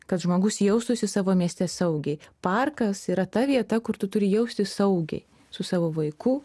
kad žmogus jaustųsi savo mieste saugiai parkas yra ta vieta kur tu turi jaustis saugiai su savo vaikų